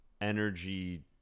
energy